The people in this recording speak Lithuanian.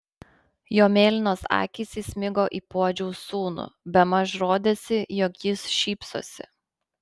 jo mėlynos akys įsmigo į puodžiaus sūnų bemaž rodėsi jog jis šypsosi